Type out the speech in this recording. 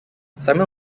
simon